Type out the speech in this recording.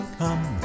come